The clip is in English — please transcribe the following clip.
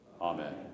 amen